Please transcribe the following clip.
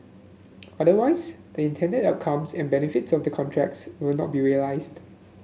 otherwise the intended outcomes and benefits of the contracts would not be realized